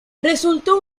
resultó